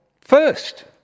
first